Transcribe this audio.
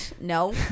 No